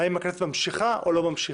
האם הכנסת ממשיכה או לא ממשיכה.